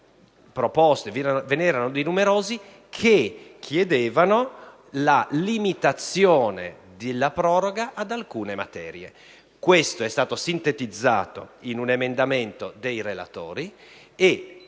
ve ne erano numerosi che chiedevano la limitazione della proroga ad alcune materie. Questo è stato sintetizzato in un emendamento dei relatori e